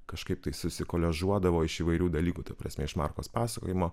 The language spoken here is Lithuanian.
kažkaip tai susikoležuodavo iš įvairių dalykų ta prasme iš markos pasakojimo